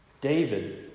David